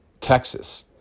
Texas